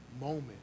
moment